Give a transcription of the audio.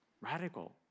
radical